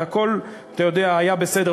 והכול היה בסדר.